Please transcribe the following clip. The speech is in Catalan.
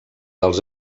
dels